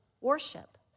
worship